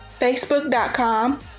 facebook.com